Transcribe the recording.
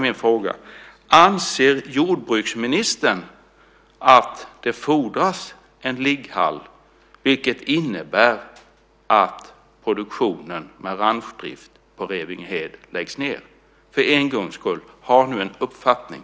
Min fråga är: Anser jordbruksministern att det fordras en ligghall, vilket innebär att produktionen med ranchdrift på Revingehed läggs ned? Ha nu för en gångs skull en uppfattning.